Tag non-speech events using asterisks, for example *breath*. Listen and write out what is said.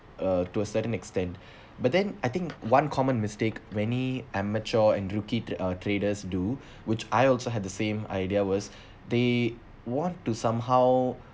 uh to a certain extent *breath* but then I think one common mistake many amateur and rookie uh traders do *breath* which I also had the same idea was *breath* they want to somehow